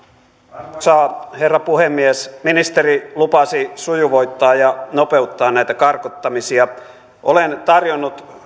arvoisa herra puhemies ministeri lupasi sujuvoittaa ja nopeuttaa näitä karkottamisia olen tarjonnut